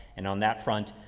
and on that front,